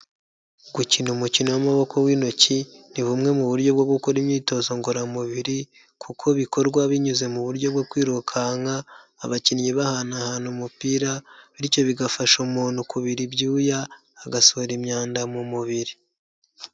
Gukina umukino w'amaboko w'intoki, ni bumwe mu buryo bwo gukora imyitozo ngororamubiri kuko bikorwa binyuze mu buryo bwo kwirukanka, abakinnyi bahanahana umupira bityo bigafasha umuntu kubira ibyuya, agasohora imyanda mu mubiri.